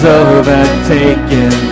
overtaken